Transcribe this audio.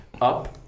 up